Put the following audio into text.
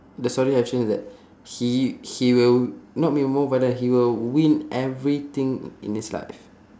the story have change is that he he will not be more violent he will win everything in his life